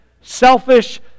selfish